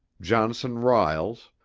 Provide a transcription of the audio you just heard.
johnson riles,